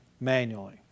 manually